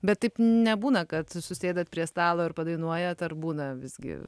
bet taip nebūna kad susėdat prie stalo ir padainuojat ar būna visgi